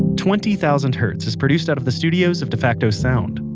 twenty thousand hertz is produced out of the studios of defacto sound,